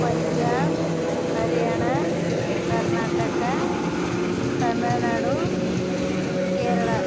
Punjab Haryana Karnataka Tamil Nadu Kerala